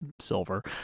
silver